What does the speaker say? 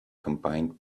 combined